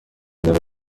دقیقه